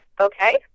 okay